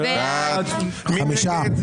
מי נגד?